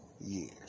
years